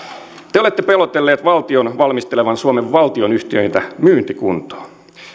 te te olette pelotelleet valtion valmistelevan suomen valtionyhtiöitä myyntikuntoon